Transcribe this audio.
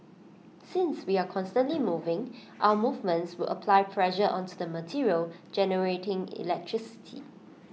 since we are constantly moving our movements would apply pressure onto the material generating electricity